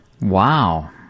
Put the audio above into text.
Wow